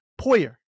Poyer